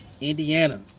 Indiana